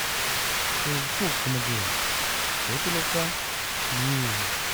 Te kuk magei katotuloka iy